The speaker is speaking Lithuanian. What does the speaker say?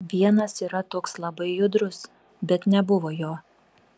vienas yra toks labai judrus bet nebuvo jo